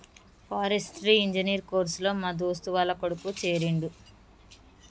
forestry engineer course లో మా దోస్తు వాళ్ల కొడుకు చేరిండు